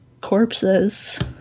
corpses